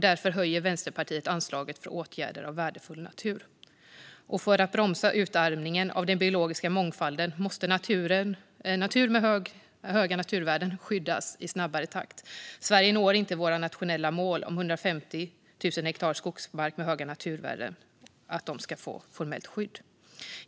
Därför höjer Vänsterpartiet anslaget för åtgärder av värdefull natur. För att bromsa utarmningen av den biologiska mångfalden måste natur med höga naturvärden skyddas i snabbare takt. Sverige når inte våra nationella mål om att 150 000 hektar skogsmark med höga naturvärden ska få formellt skydd.